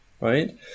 right